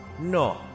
No